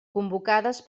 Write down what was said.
convocades